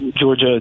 Georgia